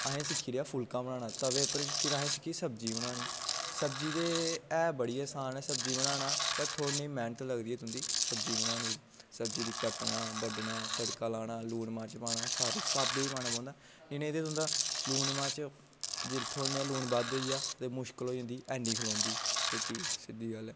असें सिक्खी लैआ फुल्का बनाना ते फिर असें सिक्खी सब्जी बनानी सब्जी ते ऐ बड़ी आसान ऐ सब्जी बनाना पर थोह्ड़ी नेहीं मैह्नत लगदी ऐ तुं'दी सब्जी बनाने गी सब्जी गी कट्टना बड्डना तड़का लाना लून मर्च पाना ते सारी स्हाबै दा पाना पौंदा निं ते तुं'दा लून मर्च जे थोह्ड़ा नेहा लून बद्ध होइया ते मुशकल होई जंदा ऐनी खनोंदी रुट्टी सिद्धी गल्ल ऐ